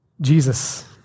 Jesus